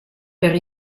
per